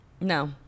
No